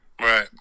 Right